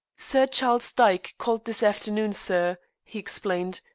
sir charles dyke called this afternoon, sir, he explained.